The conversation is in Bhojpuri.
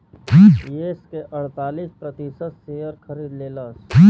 येस के अड़तालीस प्रतिशत शेअर खरीद लेलस